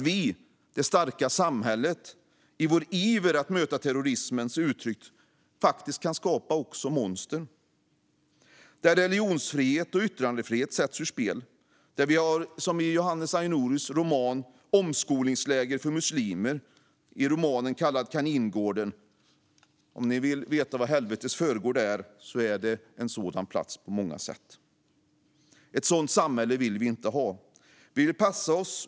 Vi, det starka samhället, kan i vår iver att möta terrorismens uttryck faktiskt också skapa monster, där religionsfrihet och yttrandefrihet sätts ur spel och där vi som i Johannes Anyurus roman har omskolningsläger för muslimer. I romanen kallas det Kaningården. Om ni vill veta vad helvetets förgård är kan ni läsa om Kaningården. Det är på många sätt en sådan plats. Ett sådant samhälle vill vi inte ha.